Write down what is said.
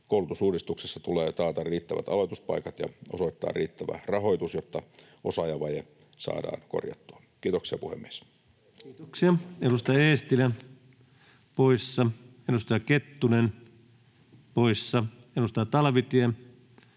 Koulutusuudistuksessa tulee taata riittävät aloituspaikat ja osoittaa riittävä rahoitus, jotta osaajavaje saadaan korjattua. — Kiitoksia, puhemies. Kiitoksia. — Edustaja Eestilä poissa, edustaja Kettunen poissa, edustaja Talvitie